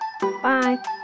Bye